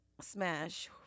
Smash